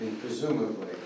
Presumably